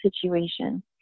situation